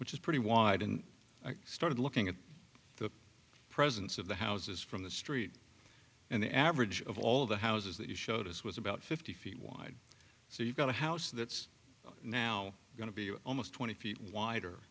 which is pretty wide and i started looking at the presidents of the houses from the street and the average of all the houses that you showed us was about fifty feet wide so you've got a house that's now going to be almost twenty feet wider